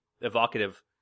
evocative